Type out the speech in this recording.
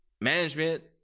management